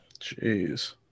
Jeez